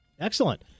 Excellent